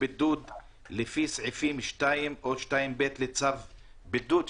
בידוד לפני סעיפים 2 או 2(ב) לצו בידוד,